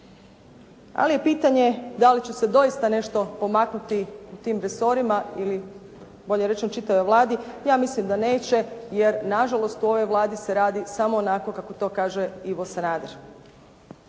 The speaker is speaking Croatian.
ali je pitanje da li će se doista nešto pomaknuti u tim resorima ili bolje rečeno čitavoj Vladi. Ja mislim da neće, jer na žalost u ovoj Vladi se radi samo onako kako to kaže Ivo Sanader.